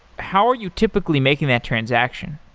how are you typically making that transaction?